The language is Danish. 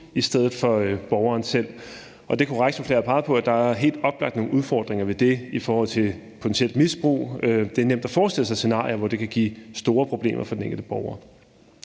i stedet for borgeren selv. Og det er korrekt, som flere har peget på, at der helt oplagt er nogle udfordringer ved det i forhold til potentielt misbrug. Det er nemt at forestille sig scenarier, hvor det kan give store problemer for den enkelte borger.